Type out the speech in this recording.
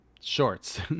shorts